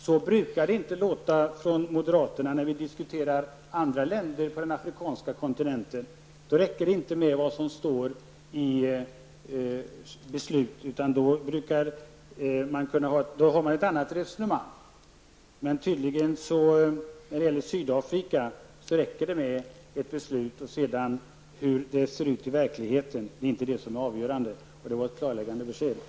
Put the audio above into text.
Så brukar det inte låta från moderaterna när vi diskuterar andra länders situation på den afrikanska kontinenten. Då räcker det inte med vad som står i beslutet, utan då för man ett annat resonemang. Men när det gäller Sydafrika räcker det tydligen med ett beslut. Hur det ser ut i verkligheten är inte avgörande. Det var ett klarläggande i och för sig.